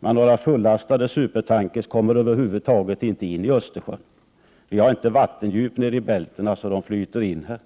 men några fullastade supertankrar kommer över huvud taget inte in i Östersjön. Vattendjupet i Bälten är inte tillräckligt för att de skall kunna flyta in här.